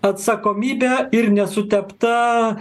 atsakomybe ir nesutepta